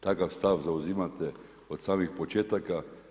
Takav stav zauzimate od samih početaka.